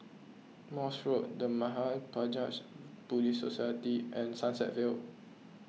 Morse Road the Mahaprajna Buddhist Society and Sunset Vale